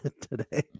today